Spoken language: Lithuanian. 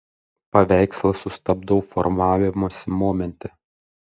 paveikslą sustabdau formavimosi momente